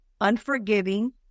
unforgiving